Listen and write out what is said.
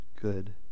good